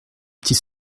petits